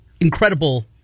incredible